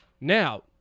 Now